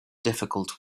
difficult